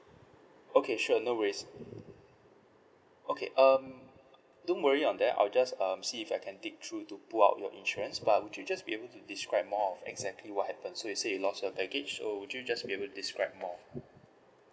okay sure no worries okay um don't worry on that I'll just um see if I can keep dig through to pull out your insurance but would you just be able to describe more of exactly what happened so you say you lost your package so would you just be able to describe more